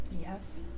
Yes